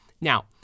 Now